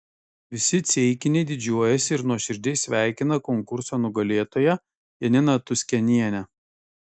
visi ceikiniai didžiuojasi ir nuoširdžiai sveikina konkurso nugalėtoją janiną tuskenienę